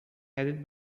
headed